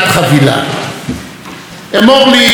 אמור לי מה דעתך בנושא ההתיישבות,